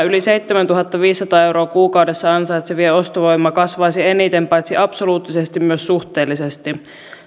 yli seitsemäntuhattaviisisataa euroa kuukaudessa ansaitsevien ostovoima kasvaisi eniten paitsi absoluuttisesti myös suhteellisesti